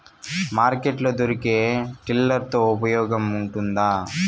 Market లో దొరికే tiller తో ఉపయోగం ఉంటుందా?